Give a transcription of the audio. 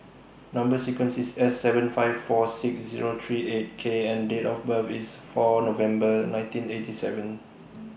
Number sequence IS S seven five four six Zero three eight K and Date of birth IS four November nineteen eighty seven